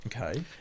Okay